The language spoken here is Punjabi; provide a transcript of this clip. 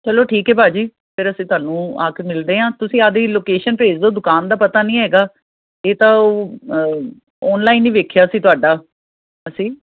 ਚਲੋ ਠੀਕ ਹੈ ਭਾਅ ਜੀ ਫਿਰ ਅਸੀਂ ਤੁਹਾਨੂੰ ਆ ਕੇ ਮਿਲਦੇ ਹਾਂ ਤੁਸੀਂ ਆਪਦੀ ਲੋਕੇਸ਼ਨ ਭੇਜ ਦਿਓ ਦੁਕਾਨ ਦਾ ਪਤਾ ਨਹੀਂ ਹੈਗਾ ਇਹ ਤਾਂ ਉਹ ਓਨਲਾਈਨ ਹੀ ਵੇਖਿਆ ਸੀ ਤੁਹਾਡਾ ਅਸੀਂ